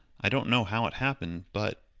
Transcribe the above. i don't know how it happened, but